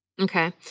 Okay